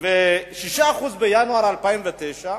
6% בינואר 2009,